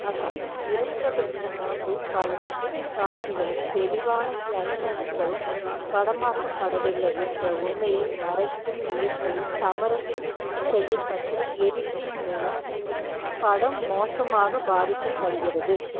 ஆசிப் இறப்பதற்கு முன்பு பல முக்கிய காட்சிகளும் தெளிவான க்ளைமேக்ஸுகளும் படமாக்கப்படவில்லை என்ற உண்மையை மறைக்கும் முயற்சியில் சமரசம் செய்யப்பட்ட எடிட்டிங் மூலம் படம் மோசமாக பாதிக்கப்படுகிறது